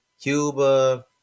Cuba